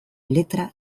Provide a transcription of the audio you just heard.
letra